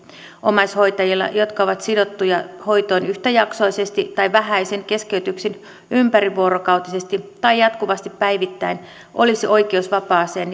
omaishoitajilla jotka ovat sidottuja hoitoon yhtäjaksoisesti tai vähäisin keskeytyksin ympärivuorokautisesti tai jatkuvasti päivittäin olisi oikeus vapaaseen